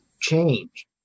Change